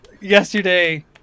yesterday